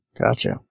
Gotcha